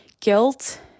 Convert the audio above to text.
guilt